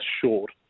short